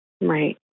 Right